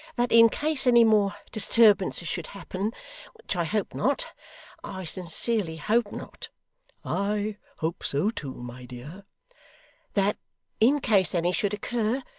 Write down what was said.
that in case any more disturbances should happen which i hope not i sincerely hope not i hope so too, my dear that in case any should occur,